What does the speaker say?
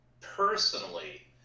personally